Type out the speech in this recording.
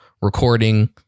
recording